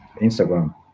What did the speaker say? Instagram